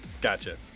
Gotcha